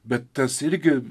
bet tas irgi